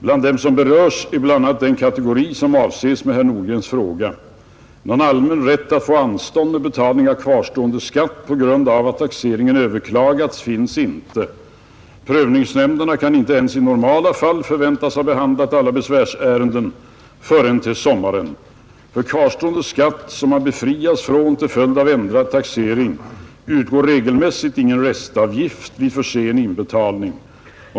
Bland dem som berörs är bl.a. den kategori som avses med herr Nordgrens fråga. Någon allmän rätt att få anstånd med betalning av kvarstående skatt på grund av att taxeringen överklagats finns inte. Prövningsnämnderna kan inte ens i normala fall förväntas ha behandlat alla besvärsärenden förrän till sommaren. För kvarstående skatt som man befrias från till följd av ändrad taxering utgår regelmässigt inte restavgift vid för sen inbetalning.